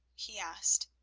he asked.